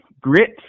grit